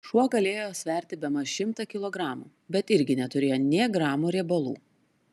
šuo galėjo sverti bemaž šimtą kilogramų bet irgi neturėjo nė gramo riebalų